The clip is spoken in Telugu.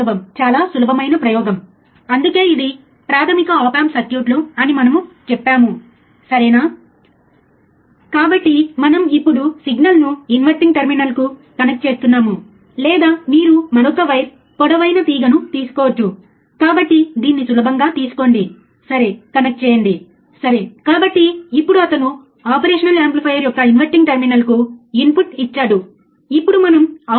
అనలాగ్ ఫంక్షన్ జెనరేటర్ ఇప్పుడు 1 కిలోహెర్ట్జ్కు సెట్ చేసి సర్క్యూట్ ఉపయోగించి సిగ్నల్ స్థాయి 20 వోల్ట్ల గరిష్ట స్థాయికి ఫ్రీక్వెన్సీని పెంచుతూ సర్దుబాటు చేయండి మరియు 10 కిలోహెర్ట్జ్ ఫ్రీక్వెన్సీ వద్ద గమనించండి